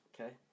Okay